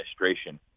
administration